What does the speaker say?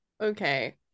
Okay